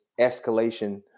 escalation